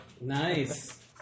Nice